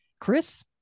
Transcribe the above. Chris